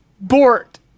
bort